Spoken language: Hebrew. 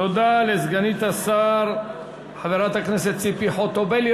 תודה לסגנית השר חברת הכנסת ציפי חוטובלי.